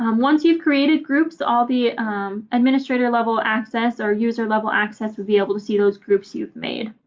um once you've created groups, all the administrator level access or user level access would be able to see those groups you've made.